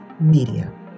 media